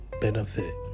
benefit